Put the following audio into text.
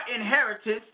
inheritance